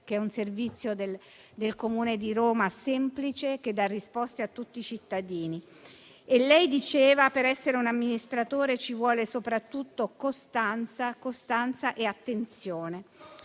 che è un servizio del Comune di Roma semplice, che dà risposte a tutti i cittadini. Lei diceva che, per essere un amministratore, ci vogliono soprattutto costanza e attenzione.